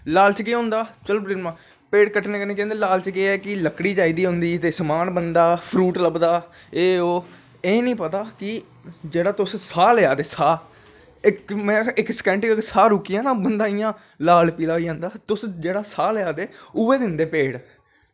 लालच केह् होंदा पेड़ कट्टने कन्नैं केह् होंदा कि लालच केह् ऐ लकड़ी चाही दी होंदी समान बनदा फ्रूट लब्भदा एह् ओह् ओह् नी पता कि जेह्ड़ा तुस साह् लेआ दे साह् इक सकैंट अगर साह् रुकी जा नां बंदी इ'यां लाल पीला होई जंदा जेह्ड़ा तुस साह् लेआ दे उऐ दिंदे पेड़